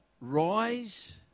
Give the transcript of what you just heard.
rise